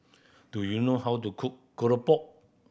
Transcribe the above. do you know how to cook keropok